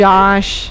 Josh